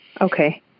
Okay